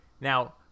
Now